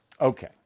Okay